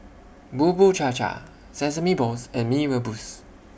Bubur Cha Cha Sesame Balls and Mee Rebus